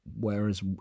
Whereas